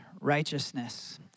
righteousness